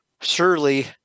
Surely